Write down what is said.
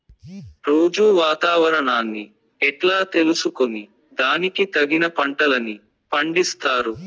రోజూ వాతావరణాన్ని ఎట్లా తెలుసుకొని దానికి తగిన పంటలని పండిస్తారు?